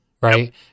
right